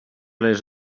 les